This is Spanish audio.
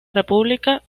república